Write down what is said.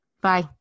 Bye